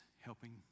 helping